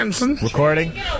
Recording